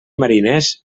mariners